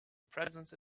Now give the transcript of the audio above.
presence